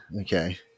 Okay